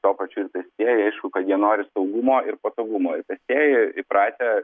tuo pačiu ir pėstieji aišku kad jie nori saugumo ir patogumo ir pėstieji įpratę